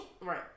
Right